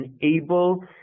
enable